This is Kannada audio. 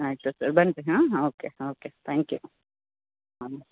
ಆಯಿತು ಸರ್ ಬನ್ನಿ ಹಾಂ ಓಕೆ ಓಕೆ ತ್ಯಾಂಕ್ ಯು ಹಾಂ